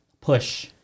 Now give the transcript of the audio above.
push